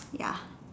ya